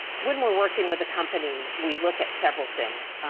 when we're working with the company, we look at several things,